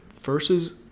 versus